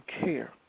care